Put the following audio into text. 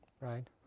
Right